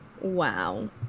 Wow